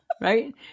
right